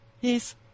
Yes